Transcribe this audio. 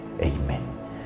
Amen